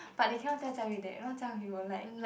but they cannot tell jia-yu that if not jia-yu will like